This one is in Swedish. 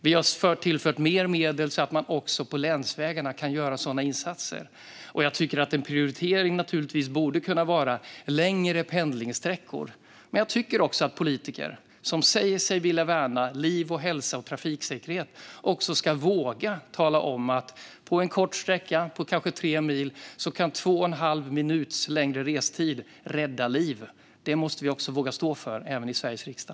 Vi har tillfört mer medel så att man också på länsvägarna kan göra sådana insatser. Jag tycker att en prioritering naturligtvis borde kunna vara långa pendlingssträckor, men jag tycker också att politiker som säger sig vilja värna liv, hälsa och trafiksäkerhet också ska våga tala om att på en kort sträcka på kanske tre mil kan två och en halv minut längre restid rädda liv. Detta måste vi våga stå för, även i Sveriges riksdag.